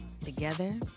Together